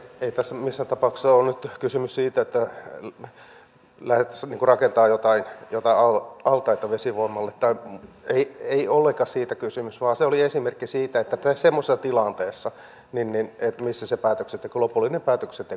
ei tässä missään tapauksessa ollut nyt kysymys siitä että lähdettäisiin rakentamaan jotain altaita vesivoimalle ei ollenkaan siitä kysymys vaan se oli esimerkki siitä missä se lopullinen päätöksenteko on semmoisessa tilanteessa